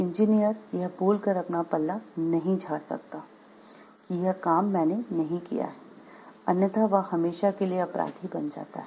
engineer यह बोलकर अपना पल्ला नहीं झाड़ सकता कि यह काम मैंने नहीं किया है अन्यथा वह हमेशा के लिए अपराधी बन जाता है